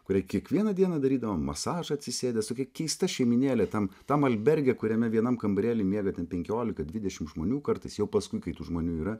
kuriai kiekvieną dieną darydavo masažą atsisėdęs tokia šeimynėlė tam tam alberge kuriame vienam kambarėly miega ten penkiolika dvidešim žmonių kartais jau paskui kai tų žmonių yra